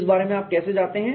इस बारे में आप कैसे जाते हैं